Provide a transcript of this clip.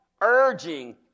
urging